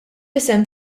isem